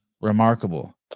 remarkable